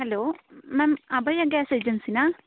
hello ma'am Abhaya gas ಏಜನ್ಸಿನಾ